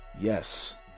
yes